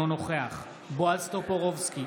אינו נוכח בועז טופורובסקי,